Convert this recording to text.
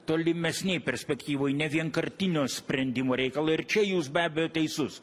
tolimesnėj perspektyvoj ne vienkartinio sprendimo reikalą ir čia jūs be abejo teisus